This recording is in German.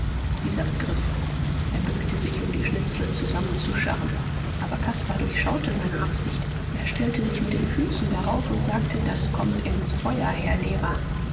dieser begriff er bückte sich um die schnitzel zusammenzuscharren aber caspar durchschaute seine absicht er stellte sich mit den füßen darauf und sagte das kommt ins feuer herr lehrer